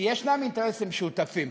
כי יש אינטרסים משותפים.